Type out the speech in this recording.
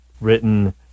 written